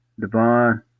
Devon